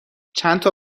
چندتا